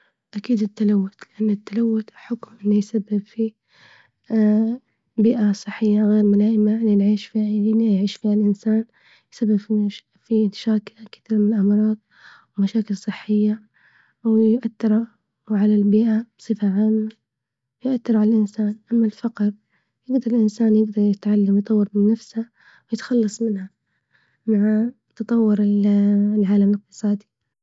أكيد التلوث إن التلوث حكم إنه يسبب فيه بيئة صحية غير ملائمة للعيش في بيئة يعيش فيها الإنسان بسبب الكثير من الأمراض ومشاكل صحية، واللي يؤثر وعلى البيئة بصفة عامة يؤثر على الإنسان، أما الفقر يقدر الإنسان يبغى يتعلم يطور من نفسه، ويتخلص منها مع تطور العالم الإقتصادي.